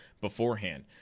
beforehand